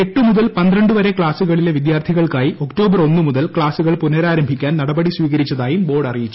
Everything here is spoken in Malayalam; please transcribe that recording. എട്ട് മുതൽ പ്രന്ത്രണ്ട് വരെ ക്ളാസുകളിലെ വിദ്യാർഥികൾക്കായി ഒക്ടോബർ ഒന്നുമുതൽ ക്ളാസൂകൾ പുനരാരംഭിക്കാൻ നടപടി ് സ്വീകരിച്ചതായും ബോർഡ് അറിയിച്ചു